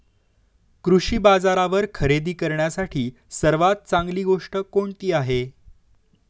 कृषी बाजारावर खरेदी करण्यासाठी सर्वात चांगली गोष्ट कोणती आहे?